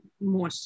more